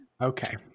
okay